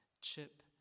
Chip